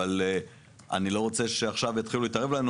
אבל אני לא רוצה שעכשיו יתחילו להתערב לנו